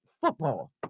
football